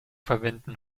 verwenden